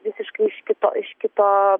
visiškai iš kito iš kito